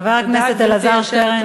חבר הכנסת אלעזר שטרן.